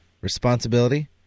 responsibility